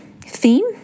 theme